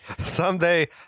Someday